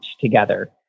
together